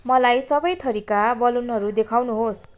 मलाई सबै थरीका बलुनहरू देखाउनुहोस्